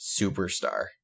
superstar